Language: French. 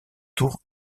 tour